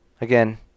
again